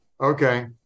Okay